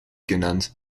genannt